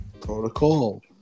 protocol